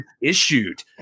issued